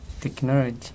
technology